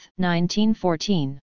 1914